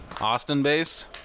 Austin-based